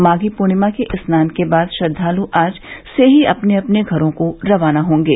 माधी पूर्णिमा के स्नान के बाद श्रद्वाल् आज ही से अपने अपने घरो को रवाना होंगे